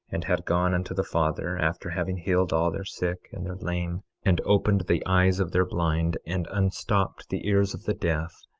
and had gone unto the father, after having healed all their sick, and their lame, and opened the eyes of their blind and unstopped the ears of the deaf,